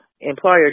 employer